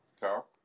talk